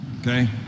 Okay